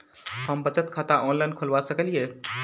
हम बचत खाता ऑनलाइन खोलबा सकलिये?